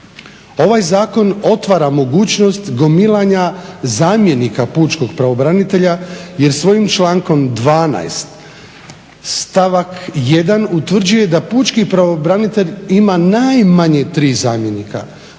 ovaj zakon otvara mogućnost gomilanja zamjenika pučkog pravobranitelja, jer svojim člankom 12. stavak 1. utvrđuje da pučki pravobranitelj ima najmanje tri zamjenika,